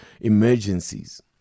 emergencies